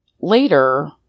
later